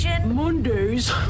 Monday's